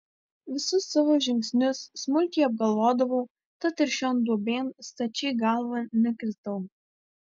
visus savo žingsnius smulkiai apgalvodavau tad ir šion duobėn stačia galva nekritau